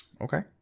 Okay